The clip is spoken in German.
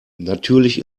natürlich